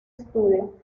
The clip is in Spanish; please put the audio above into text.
estudio